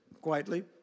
quietly